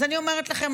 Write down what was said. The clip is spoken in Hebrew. אז אני אומרת לכם,